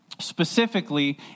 specifically